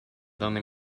donde